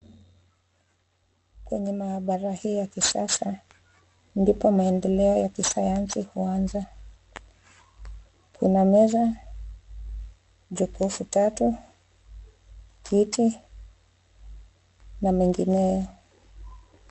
Kwenye mahabara hii ya kisasa, ndipo maendeleo ya kisayansi huanza, kuna meza, jokofu tatu, kiti na mengineo.